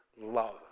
love